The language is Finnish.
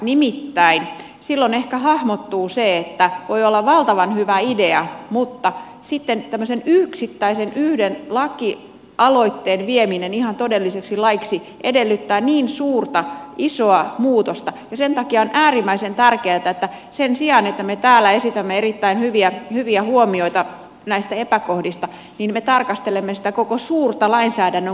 nimittäin silloin ehkä hahmottuu se että voi olla valtavan hyvä idea mutta sitten tämmöisen yhden yksittäisen lakialoitteen vieminen ihan todelliseksi laiksi edellyttää niin suurta isoa muutosta ja sen takia on äärimmäisen tärkeätä että sen sijaan että me täällä esitämme erittäin hyviä huomioita näistä epäkohdista me tarkastelemme koko sitä suurta lainsäädännön kokonaisuutta